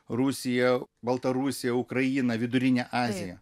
rusija baltarusija ukraina vidurinė azija